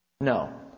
No